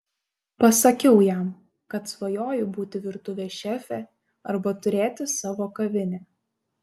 pasakiau jam kad svajoju būti virtuvės šefė arba turėti savo kavinę